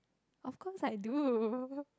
of course I do